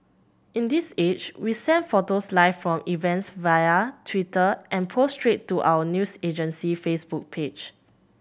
in this age we send photos live from events via Twitter and post straight to our news agency Facebook page